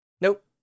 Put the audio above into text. nope